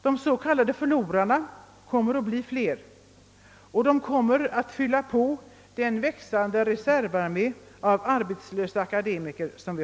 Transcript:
De s.k. »förlorarna» kommer att bli flera, och de kommer att fylla på en växande reservarmé av arbetslösa akademiker.